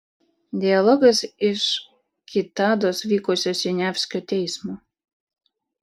dialogas iš kitados vykusio siniavskio teismo